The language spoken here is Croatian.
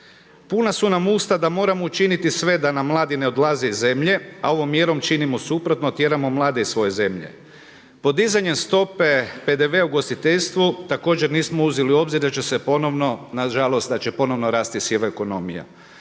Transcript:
Puna su nam usta da moramo učiniti sve da nam mladi ne odlaze iz zemlje, a ovom mjerom činimo suprotno, tjeramo mlade iz svoje zemlje. Podizanjem stope PDV-a u ugostiteljstvu također nismo uzeli u obzir da će se ponovno, na žalost da